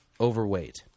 overweight